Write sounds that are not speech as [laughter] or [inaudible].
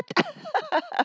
[laughs]